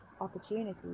opportunities